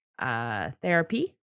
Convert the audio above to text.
Therapy